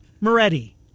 Moretti